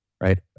right